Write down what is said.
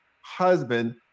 husband